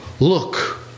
Look